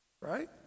Right